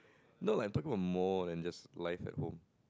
no like I'm talking about more than just life at home